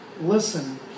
Listen